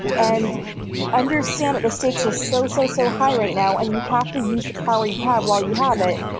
and understand that the stakes are so, so, so high right now. and you have to use the power you have while you have it.